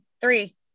Three